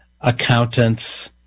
accountants